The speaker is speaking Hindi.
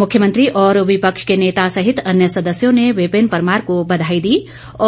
मुख्यमंत्री और विपक्ष के नेता सहित अन्य सदस्यों ने विपिन परमार को बधाई दी